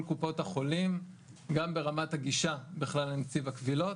קופות החולים גם ברמת הגישה בכלל לנציב הקבילות,